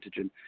antigen